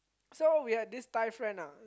so we had this thai friend ah